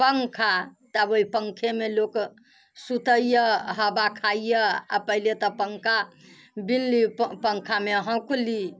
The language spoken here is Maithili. पङ्खा तब ओइ पङ्खेमे लोक सुतैय हवा खाइए आओर पहिले तऽ पङ्खा बिनली पङ्खामे हौङ्कली